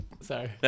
Sorry